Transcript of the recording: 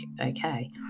okay